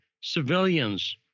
civilians